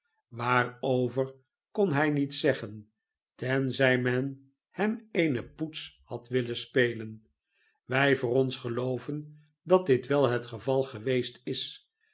waarover kon hij niet zeggen tenzij men hem eene poets had willen spelen wij voor ons gelooven dat dit wel het geval geweest is